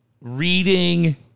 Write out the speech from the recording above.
reading